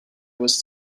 was